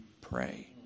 pray